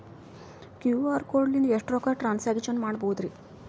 QR code ಲಿಂದ ಎಷ್ಟ ರೊಕ್ಕ ಟ್ರಾನ್ಸ್ಯಾಕ್ಷನ ಮಾಡ್ಬೋದ್ರಿ?